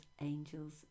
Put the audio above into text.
Angels